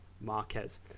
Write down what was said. Marquez